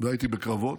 והייתי בקרבות.